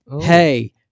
Hey